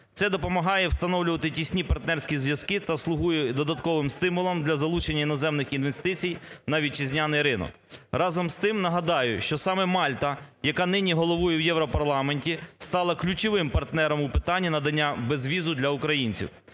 це допомагає встановлювати тісні партнерські зв'язки та слугує додатковим стимулам для залучення іноземних інвестицій на вітчизняний ринок. Разом з тим нагадаю, що саме Мальта, яка нині головує в Європарламенті, стала ключовим партнером у питанні надання безвізу для українців.